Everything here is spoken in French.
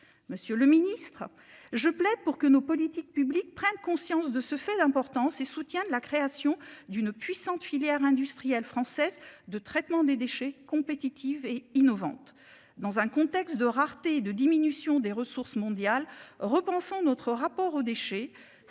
Monsieur le Ministre, je plaide pour que nos politiques publiques prennent conscience de ce fait d'. Soutiens de la création d'une puissante filière industrielle française de traitement des déchets compétitives et innovantes. Dans un contexte de rareté de diminution des ressources mondiales repensons notre rapport aux déchets.